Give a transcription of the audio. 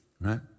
Right